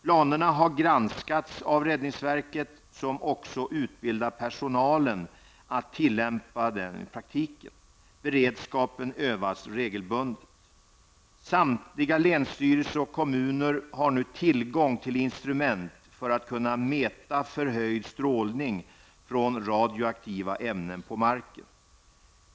Planerna har granskats av räddningsverket som också utbildar personalen att tillämpa dem i praktiken. Beredskapen övas regelbundet. -- Samtliga länsstyrelser och kommuner har nu tillgång till instrument för att kunna mäta förhöjd strålning från radioaktiva ämnen på marken.